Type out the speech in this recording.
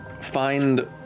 find